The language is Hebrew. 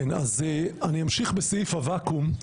אז אני אמשיך בסעיף הוואקום.